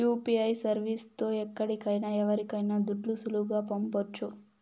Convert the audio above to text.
UPI service తో ఎక్కడికైనా ఎవరికైనా దుడ్లు సులువుగా పంపొచ్చు